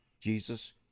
Jesus